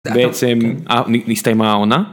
בעצם, נסתיימה העונה?